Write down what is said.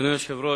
אדוני היושב-ראש,